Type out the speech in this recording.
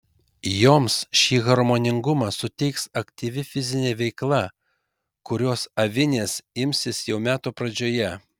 joms šį harmoningumą suteiks aktyvi fizinė veikla kurios avinės imsis jau metų pradžioje